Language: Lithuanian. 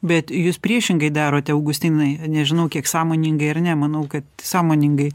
bet jūs priešingai darote augustinai nežinau kiek sąmoningai ar ne manau kad sąmoningai